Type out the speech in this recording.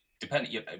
depending